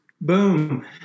boom